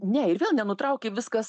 ne ir vėl nenutraukė viskas